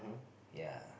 yea